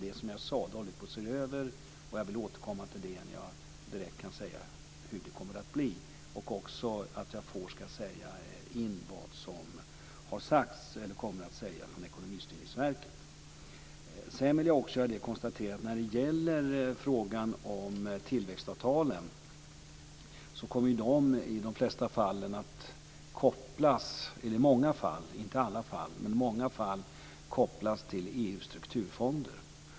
Det håller vi nu på att se över, och jag återkommer när jag kan säga hur det blir och när jag har fått in yttranden från Tillväxtavtalen kommer i många fall att kopplas till EU:s strukturfonder.